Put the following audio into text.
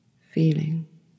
feeling